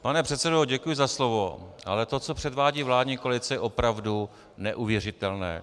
Pane předsedo, děkuji za slovo, ale to, co předvádí vládní koalice, je opravdu neuvěřitelné.